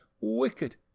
wicked